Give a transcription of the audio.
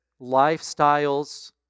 lifestyles